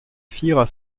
vierer